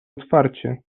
otwarcie